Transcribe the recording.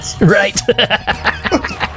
Right